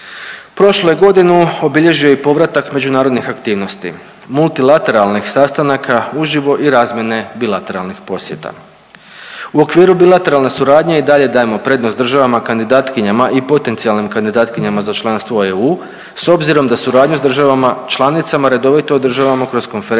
Prošlu je godinu obilježio i povratak međunarodnih aktivnosti, multilateralnih sastanaka uživo i razmjene bilateralnih posjeta. U okviru bilateralna suradnja i dalje dajemo prednost državama kandidatkinjama i potencijalnim kandidatkinjama za članstvo u EU s obzirom da suradnju s državama članicama redovito održavamo kroz Konferenciju